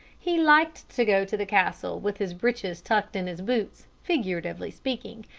he liked to go to the castle with his breeches tucked in his boots, figuratively speaking,